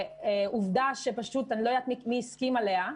עובדה שפשוט אני לא יודעת מי הסכים לה,